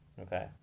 Okay